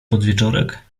podwieczorek